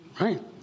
Right